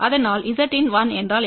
அதனால் Zin1என்றால்என்ன